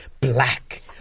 black